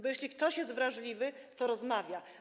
Bo jeśli ktoś jest wrażliwy, to rozmawia.